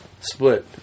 split